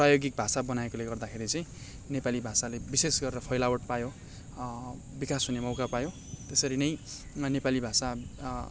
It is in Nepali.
प्रायोगिक भाषा बनाएकोले गर्दाखेरि चाहिँ नेपाली भाषाले विशेष गरेर फैलावट पायो विकास हुने मौका पायो त्यसरी नै नेपाली भाषा